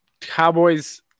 Cowboys